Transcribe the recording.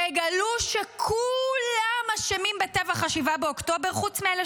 תגלו שכולם אשמים בטבח 7 באוקטובר חוץ מאלה